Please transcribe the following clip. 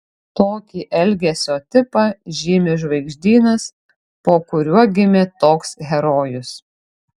tokį elgesio tipą žymi žvaigždynas po kuriuo gimė toks herojus